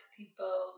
people